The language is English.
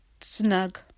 snug